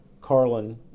Carlin